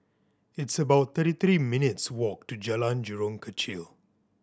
it's about thirty three minutes' walk to Jalan Jurong Kechil